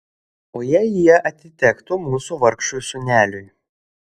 o jei jie atitektų mūsų vargšui sūneliui